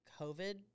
COVID